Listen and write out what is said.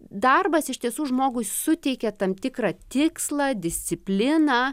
darbas iš tiesų žmogui suteikia tam tikrą tikslą discipliną